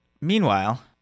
Meanwhile